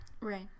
Right